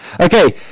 Okay